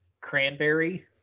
cranberry